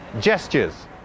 gestures